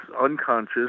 unconscious